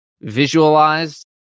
visualized